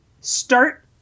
start